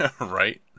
Right